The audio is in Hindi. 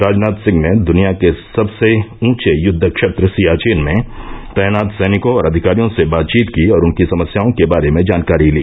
राजनाथ सिंह ने द्निया के सबसे ऊंचे युद्ध क्षेत्र सियाचिन में तैनात सैनिकों और अधिकारियों से बातचीत की और उनकी समस्याओं के बारे में जानकारी ली